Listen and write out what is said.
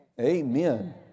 Amen